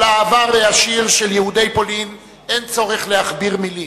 על העבר העשיר של יהודי פולין אין צורך להכביר מלים,